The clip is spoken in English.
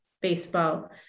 baseball